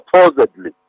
supposedly